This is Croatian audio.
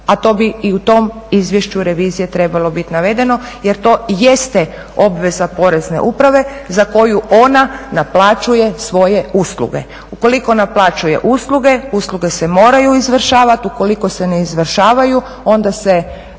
a to bi i u tom izvješću revizije trebalo biti navedeno jer to jeste obveza porezne uprave za koju ona naplaćuje svoje usluge. Ukoliko naplaćuje usluge, usluge se moraju izvršavati, ukoliko se ne izvršavaju onda se